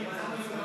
אנחנו,